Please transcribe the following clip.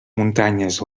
muntanyes